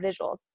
visuals